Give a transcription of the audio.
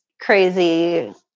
crazy